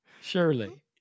surely